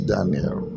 Daniel